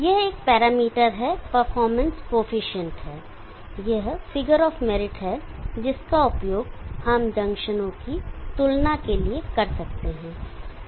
यह एक पैरामीटर है परफॉर्मेंस कॉएफिशिएंट है यह फिगर ऑफ मेरिट है जिसका उपयोग हम जंक्शनों की तुलना के लिए कर सकते हैं